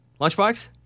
Lunchbox